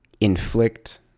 inflict